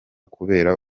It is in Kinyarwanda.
kubera